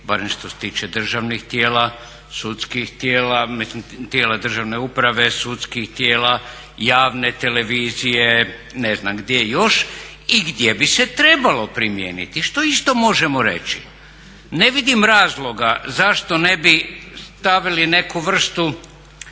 barem što se tiče državnih tijela, sudskih tijela, tijela državne uprave, javne televizije, ne znam gdje još i gdje bi se trebalo primijeniti što isto možemo reći. Ne vidim razloga zašto ne bi stavili neku vrstu